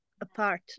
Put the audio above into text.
apart